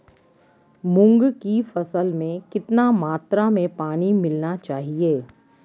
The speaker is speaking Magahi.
मूंग की फसल में कितना मात्रा में पानी डालना चाहिए?